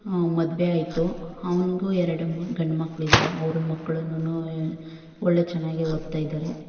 ಮದುವೆ ಆಯ್ತು ಅವನ್ಗೂ ಎರಡು ಮ ಗಂಡು ಮಕ್ಳಿದಾರೆ ಅವ್ರ ಮಕ್ಳುನೂ ಒಳ್ಳೆ ಚೆನ್ನಾಗಿ ಓದ್ತಾ ಇದ್ದಾರೆ